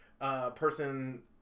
person